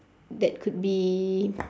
that could be